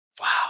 Wow